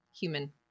human